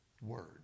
word